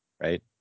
right